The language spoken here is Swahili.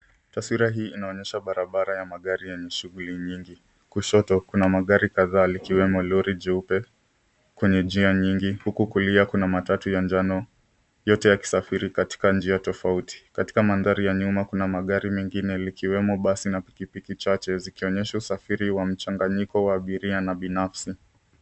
Taswira hii inaonyesha barabara ya magari yenye shughuli nyingi. Kushoto kuna magari kadhaa likisemo Lori jeupe kwenye njia nyingi huku kulia kuna matatu ya njano yote yakisafiri katika njia tofauti. Katika madhari ya nyuma kuna magari mengine likiwemo basi na pikipiki chache zikionyesha usafiri wa mchanganyiko wa abiria na binafsi.